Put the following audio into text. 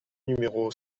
numéro